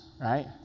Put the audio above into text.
right